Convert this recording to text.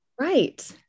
right